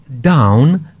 down